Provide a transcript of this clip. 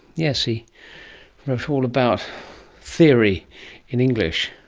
yes, he wrote all about theory in english.